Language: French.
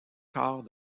corps